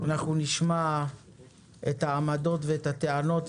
אנחנו נשמע את העמדות ואת הטענות,